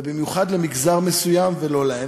במיוחד למגזר מסוים, ולא להם.